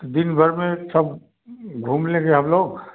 तो दिन भर में सब घूम लेंगे हम लोग